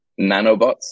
Nanobots